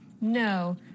No